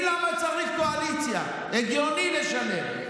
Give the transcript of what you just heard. אני מבין למה צריך קואליציה, הגיוני לשלם.